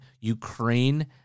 Ukraine